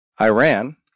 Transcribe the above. Iran